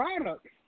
Products